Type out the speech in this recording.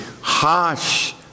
harsh